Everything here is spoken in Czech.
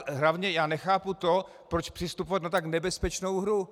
A hlavně já nechápu to, proč přistupovat na tak nebezpečnou hru.